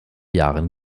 jahren